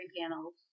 panels